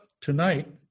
tonight